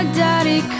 daddy